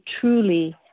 truly